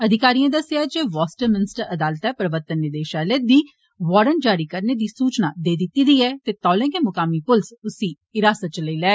अधिकारिएं दस्सेआ ऐ जे वेस्टमिंस्टर अदालते प्रर्वतन निदेषालय गी वारंट जारी करने दी सूचना नेई दिती दी ऐ ते तौले गै मुकामी पुलस उसी हिरासत च लेई सकदी ऐ